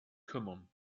kümmern